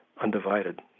undivided